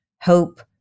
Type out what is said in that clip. hope